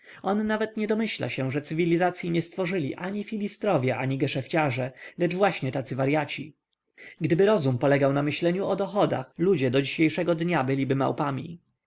on nawet nie domyśla się że cywilizacyi nie stworzyli ani filistrowie ani geszefciarze lecz właśnie tacy waryaci gdyby rozum polegał na myśleniu o dochodach ludzie do dzisiejszego dnia byliby małpami